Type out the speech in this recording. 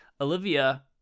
Olivia